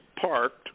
parked